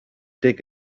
dig